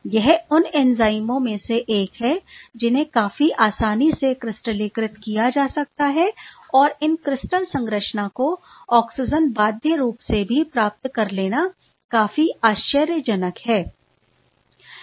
यह उन एंजाइमों में से एक है जिन्हें काफी आसानी से क्रिस्टलीकृत किया जा सकता और इन क्रिस्टल संरचना को ऑक्सीजन बाध्य रूप से भी प्राप्त कर लेना काफी आश्चर्यजनक है